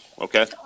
okay